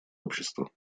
общества